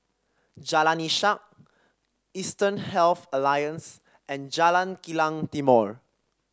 Jalan Ishak Eastern Health Alliance and Jalan Kilang Timor